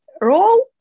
role